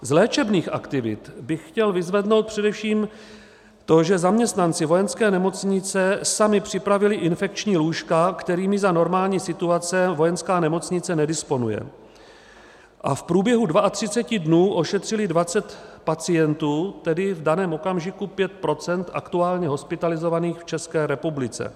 Z léčebných aktivit bych chtěl vyzvednout především to, že zaměstnanci Vojenské nemocnice sami připravili infekční lůžka, kterými za normální situace Vojenská nemocnice nedisponuje, a v průběhu dvaatřiceti dnů ošetřili dvacet pacientů, tedy v daném okamžiku pět procent aktuálně hospitalizovaných v České republice.